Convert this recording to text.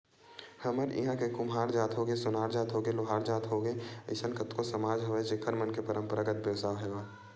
हमर इहाँ के कुम्हार जात होगे, सोनार जात होगे, लोहार जात के होगे अइसन कतको समाज हवय जेखर मन के पंरापरागत बेवसाय हवय